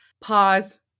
pause